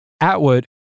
Atwood